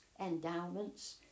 endowments